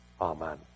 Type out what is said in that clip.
Amen